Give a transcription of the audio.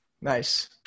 Nice